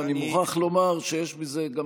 ואני מוכרח לומר שיש בזה גם